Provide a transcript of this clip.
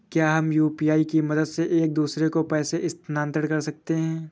क्या हम यू.पी.आई की मदद से एक दूसरे को पैसे स्थानांतरण कर सकते हैं?